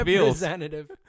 Representative